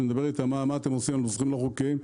ושואל אותם: "מה אתם עושים עם מתקנים לא חוקיים?",